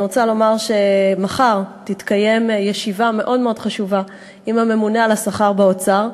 אני רוצה לומר שמחר תתקיים ישיבה מאוד חשובה עם הממונה על השכר באוצר,